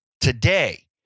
today